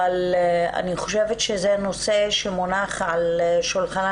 אבל אני חושבת שזה נושא שמונח על שולחנה